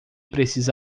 precisa